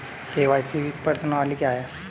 KYC प्रश्नावली क्या है?